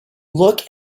look